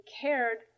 cared